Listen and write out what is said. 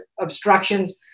obstructions